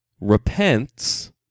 repents